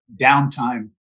downtime